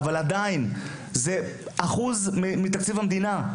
אבל עדיין זה אחוז מתקציב המדינה,